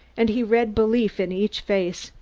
and he read belief in each face,